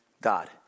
God